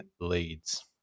leads